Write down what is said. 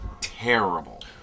terrible